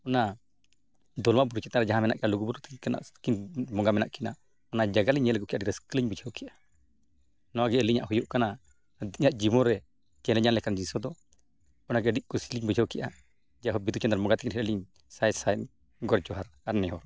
ᱚᱱᱟ ᱫᱚᱞᱢᱟ ᱵᱩᱨᱩ ᱪᱮᱛᱟᱱ ᱨᱮ ᱡᱟᱦᱟᱸ ᱢᱮᱱᱟᱜ ᱠᱤᱱᱟ ᱞᱩᱜᱩᱼᱵᱩᱨᱩ ᱛᱟᱹᱠᱤᱱᱟᱜ ᱵᱚᱸᱜᱟ ᱢᱮᱱᱟᱜ ᱠᱤᱱᱟ ᱚᱱᱟ ᱡᱟᱭᱜᱟ ᱞᱤᱧ ᱧᱮᱞ ᱟᱹᱜᱩ ᱠᱮᱜᱼᱟ ᱟᱹᱰᱤ ᱨᱟᱹᱥᱠᱟᱹ ᱞᱤᱧ ᱵᱩᱡᱷᱟᱹᱣ ᱠᱮᱜᱼᱟ ᱱᱚᱣᱟ ᱜᱮ ᱟᱹᱞᱤᱧᱟᱜ ᱦᱩᱭᱩᱜ ᱠᱟᱱᱟ ᱟᱹᱞᱤᱧᱟᱜ ᱡᱤᱵᱚᱱ ᱨᱮ ᱪᱮᱞᱮᱧᱡᱟᱜ ᱞᱮᱠᱟᱱ ᱡᱤᱱᱤᱥ ᱠᱚᱫᱚ ᱚᱱᱟᱜᱮ ᱟᱹᱰᱤ ᱠᱩᱥᱤ ᱞᱤᱧ ᱵᱩᱡᱷᱟᱹᱣ ᱠᱮᱜᱼᱟ ᱡᱟᱭ ᱦᱳᱠ ᱵᱤᱸᱫᱩᱼᱪᱟᱸᱫᱟᱱ ᱵᱚᱸᱜᱟ ᱛᱟᱹᱠᱤᱱ ᱴᱷᱮᱱ ᱟᱹᱞᱤᱧ ᱥᱟᱭ ᱥᱟᱭ ᱜᱚᱰ ᱡᱚᱸᱦᱟᱨ ᱟᱨ ᱱᱮᱦᱚᱨ